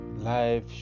Life